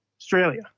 Australia